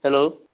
hello